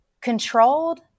Controlled